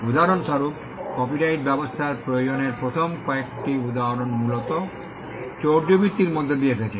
উদাহরণস্বরূপ কপিরাইট ব্যবস্থার প্রয়োজনের প্রথম কয়েকটি উদাহরণ মূলত চৌর্যবৃত্তির মধ্য দিয়ে এসেছে